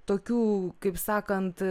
tokių kaip sakant